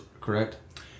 correct